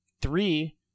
three